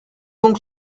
donc